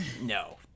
No